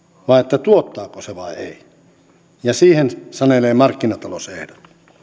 vaan se tuottaako se vai ei siihen sanelee ehdot markkinatalous